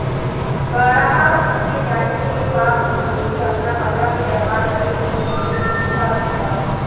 गराहक के जाने के बा कि हमे अपना कपड़ा के व्यापार बदे लोन कैसे मिली का विधि बा?